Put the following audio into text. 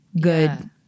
good